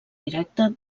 directa